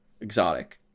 exotic